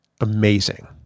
amazing